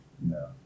No